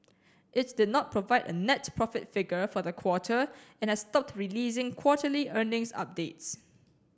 it did not provide a net profit figure for the quarter and has stopped releasing quarterly earnings updates